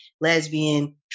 lesbian